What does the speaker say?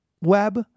web